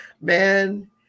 man